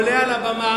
אתה עולה על הבמה